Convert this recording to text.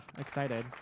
excited